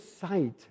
sight